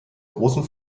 großen